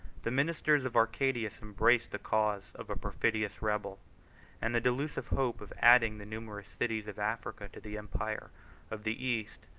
the ministers of arcadius embraced the cause of a perfidious rebel and the delusive hope of adding the numerous cities of africa to the empire of the east,